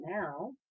now